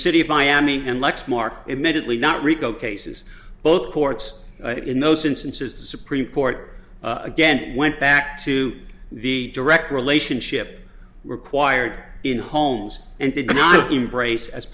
city of miami and lexmark admittedly not rico cases both courts in most instances the supreme court again went back to the direct relationship required in homes and did not embrace as